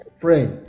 pray